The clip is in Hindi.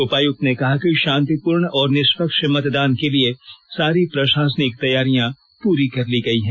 उपायुक्त ने कहा कि शांतिपूर्ण और निष्पक्ष मतदान के लिए सारी प्रशासनिक तैयारियां पूरी कर ली गई हैं